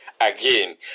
again